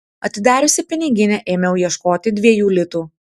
atidariusi piniginę ėmiau ieškoti dviejų litų